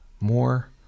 More